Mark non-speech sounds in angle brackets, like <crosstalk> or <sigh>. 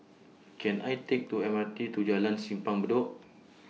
Can I Take to M R T to Jalan Simpang Bedok <noise>